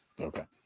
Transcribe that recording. Okay